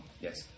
Yes